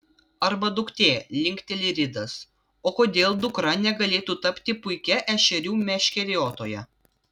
arba duktė linkteli ridas o kodėl dukra negalėtų tapti puikia ešerių meškeriotoja